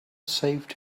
saved